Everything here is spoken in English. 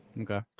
Okay